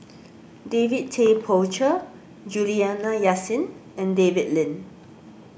David Tay Poey Cher Juliana Yasin and David Lim